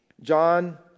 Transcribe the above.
John